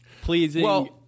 pleasing